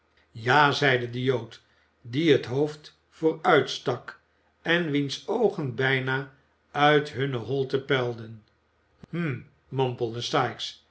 ja zeide de jood die het hoofd vooruitstak en wiens oogen bijna uit hunne holten puilden hm mompelde sikes